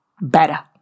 better